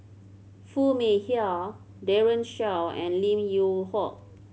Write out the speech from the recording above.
Foo Mee Har Daren Shiau and Lim Yew Hock